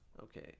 Okay